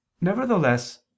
nevertheless